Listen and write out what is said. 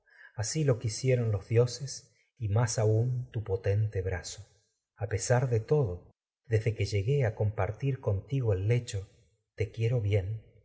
así lo quisieron los de todo dioses más tu potente brazo a pesar desde que y llegué compartir contigo el lecho te quiero por bien